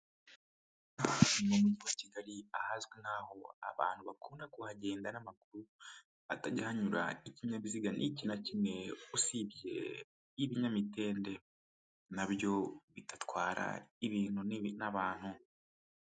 Mu mujyi wa kigali ahazwi nk'aho abantu bakunda kuhagenda n'amaguru hatajya hanyura ikinyabiziga n'iki na kimwe usibye ibinyamitende na byo bidatwara ibintu nini n'abantu.